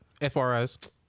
FRS